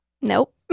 Nope